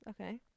Okay